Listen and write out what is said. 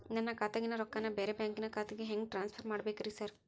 ನನ್ನ ಖಾತ್ಯಾಗಿನ ರೊಕ್ಕಾನ ಬ್ಯಾರೆ ಬ್ಯಾಂಕಿನ ಖಾತೆಗೆ ಹೆಂಗ್ ಟ್ರಾನ್ಸ್ ಪರ್ ಮಾಡ್ಬೇಕ್ರಿ ಸಾರ್?